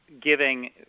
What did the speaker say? giving